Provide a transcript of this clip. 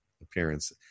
appearance